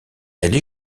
elle